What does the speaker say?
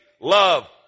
love